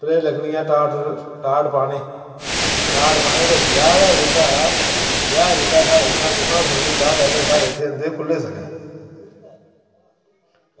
प्रेह् लग्गनियां टाट टाट पाने टाट पाने ते ब्याह् दा जेह्का ब्याह् जेह्का साढ़े इत्थां कुत्थां शुरू होंदा पैह्लें साढ़े इत्थें होंदे खुल्ले सगन